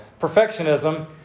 Perfectionism